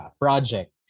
project